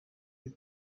y’u